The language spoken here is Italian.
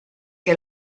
che